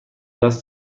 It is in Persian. دست